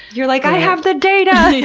you're like, i have the data!